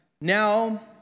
now